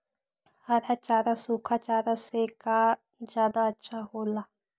हरा चारा सूखा चारा से का ज्यादा अच्छा हो ला?